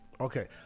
Okay